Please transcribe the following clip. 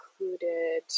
included